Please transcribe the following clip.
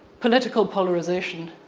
political polarization,